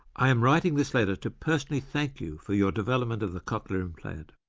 i am writing this letter to personally thank you for your development of the cochlear implant.